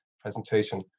presentation